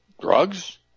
drugs